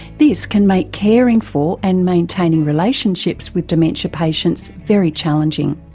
this can make caring for and maintaining relationships with dementia patients very challenging.